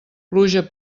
pluja